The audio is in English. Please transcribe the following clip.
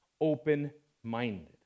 open-minded